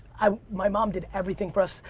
um my mom did everything for us.